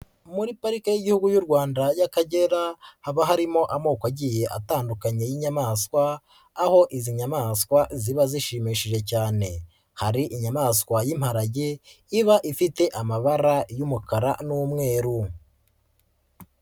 Muri parike y'Igihugu y'u Rwanda y'Akagera haba harimo amoko agiye atandukanye y'inyamaswa aho izo nyamaswa ziba zishimishije cyane, hari inyamaswa y'imparage iba ifite amabara y'umukara n'umweru.